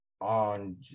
on